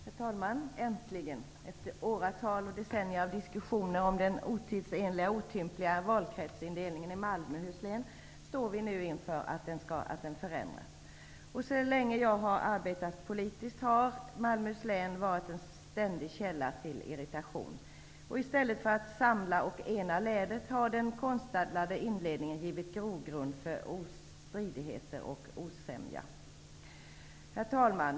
Herr talman! Äntligen! Efter åratal av diskussioner om den otidsenliga och olämpliga valkretsindelningen i Malmöhus län står vi nu inför att den förändras. Så länge som jag har arbetat politiskt har Malmöhus län varit en ständig källa till irritation. I stället för att samla och ena ledet har den konstlade indelningen givit grogrund för stridigheter och osämja. Herr talman!